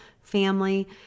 Family